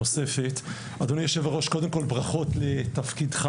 אדוני יושב-ראש, קודם כל ברכות לתפקידך